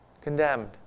condemned